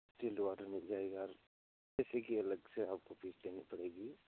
तीनों ऑर्डर मिल जाएगा ए सी की अलग से आपको फीस देनी पड़ेगी